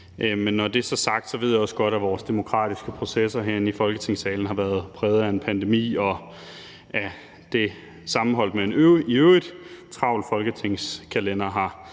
når det så er sagt, ved jeg også godt, at vores demokratiske processer herinde i Folketingssalen har været præget af en pandemi, og sammenholdt med en i øvrigt travl folketingskalender har